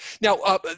Now